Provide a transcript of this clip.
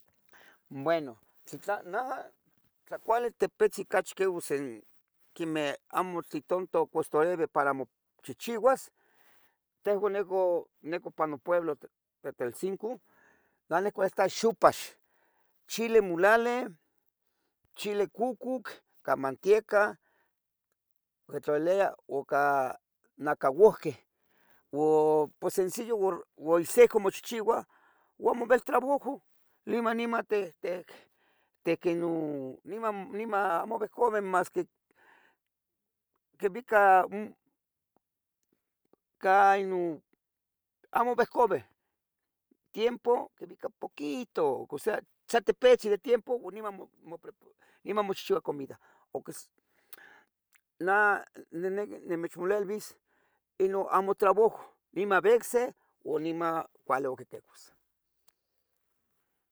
Bueno, naja tlacuali tipetzin quemeh amo tanto costariui para mochihchiuas, tehan nican ipan topueblo Teteltzinco nah nicuelita xopas, chile molali, chile cucoc, ca matieca tlalilia ica nacabuhqueh o sensillo uo ihsiuca mochehiua uan amo ueltrabajo niman, niman amo uecaua asque quivica ca inon, amo uecaua, tiempo quivica poquito, o sea san tipetzin de tiempo uan niman mochihchiua comida. Namechmovielis inon amo trabajo niman vecse uo niman cuali oc ticuas.